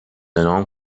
نام